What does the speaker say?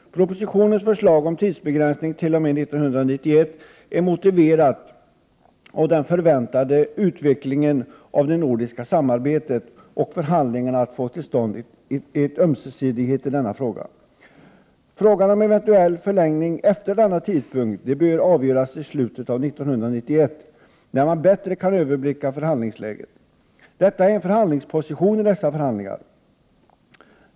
Propositionens förslag om en tidsbegränsning t.o.m. 1991 är motiverat av den förväntade utvecklingen av det nordiska samarbetet och förhandlingarna när det gäller att få till stånd ömsesidighet i denna fråga. Frågan om en eventuell förlängning efter denna tidpunkt bör avgöras i slutet av 1991, när man bättre kan överblicka förhandlingsläget. Det är fråga om en förhand lingsposition i dessa förhandlingar.